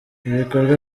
ibikorwa